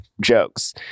jokes